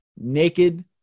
naked